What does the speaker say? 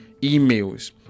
emails